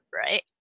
right